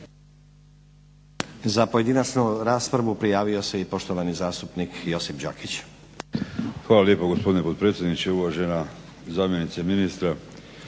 Za pojedinačnu raspravu prijavio se i poštovani zastupnik Josip Đakić. **Đakić, Josip (HDZ)** Hvala lijepa gospodine potpredsjedniče, uvažena zamjenice ministra.